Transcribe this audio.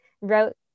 wrote